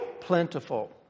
plentiful